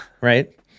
right